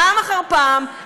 פעם אחר פעם,